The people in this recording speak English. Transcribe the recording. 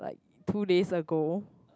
two days ago